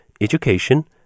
education